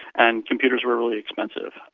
and computers were really expensive.